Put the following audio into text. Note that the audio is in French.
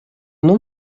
nom